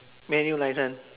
manual licence